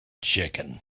chicken